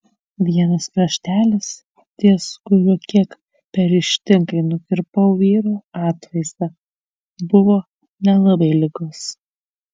vienas kraštelis ties kuriuo kiek per ryžtingai nukirpau vyro atvaizdą buvo nelabai lygus